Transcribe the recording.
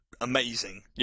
amazing